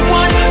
one